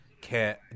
care